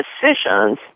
decisions